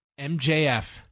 MJF